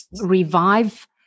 revive